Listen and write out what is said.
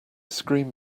screen